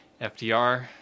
FDR